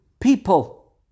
people